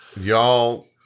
y'all